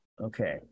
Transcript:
Okay